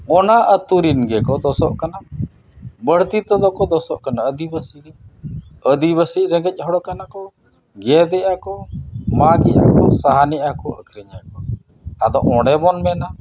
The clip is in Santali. ᱚᱱᱟ ᱟᱹᱛᱩ ᱨᱮᱱ ᱜᱮᱠᱚ ᱫᱳᱥᱳᱜ ᱠᱟᱱᱟ ᱵᱟᱹᱲᱛᱤ ᱛᱮᱫᱚ ᱠᱚ ᱫᱳᱥᱳᱜ ᱠᱟᱱᱟ ᱟᱹᱫᱤᱵᱟᱥᱤ ᱜᱮ ᱟᱹᱫᱤᱵᱟᱥᱤ ᱨᱮᱸᱜᱮᱡ ᱦᱚᱲ ᱠᱟᱱᱟ ᱠᱚ ᱜᱮᱫ ᱮᱜᱼᱟ ᱠᱚ ᱢᱟᱜ ᱮᱜᱼᱟ ᱠᱚ ᱥᱟᱦᱟᱱ ᱮᱫᱼᱟ ᱠᱚ ᱟᱹᱠᱷᱨᱤᱧᱮᱜᱼᱟ ᱠᱚ ᱟᱫᱚ ᱚᱸᱰᱮ ᱵᱚᱱ ᱢᱮᱱᱟ